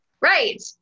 Right